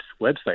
website